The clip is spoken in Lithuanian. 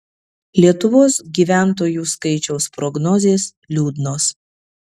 lietuvos gyventojų skaičiaus prognozės liūdnos